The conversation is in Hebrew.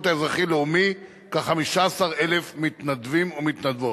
האזרחי-לאומי כ-15,000 מתנדבים ומתנדבות.